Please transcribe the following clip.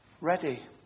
ready